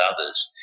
others